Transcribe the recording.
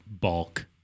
bulk